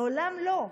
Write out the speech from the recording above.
לעולם לא.